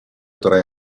tre